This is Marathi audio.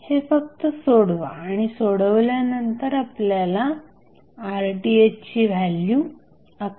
हे फक्त सोडवा आणि सोडवल्यानंतर आपल्याला Rth ची व्हॅल्यू 11